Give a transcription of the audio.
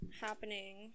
happening